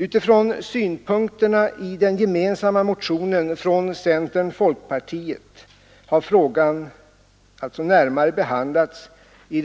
Utifrån synpunkterna i den gemensamma motionen från centern-folkpartiet har frågan närmare behandlats i